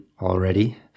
already